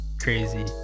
crazy